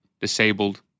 disabled